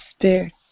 spirit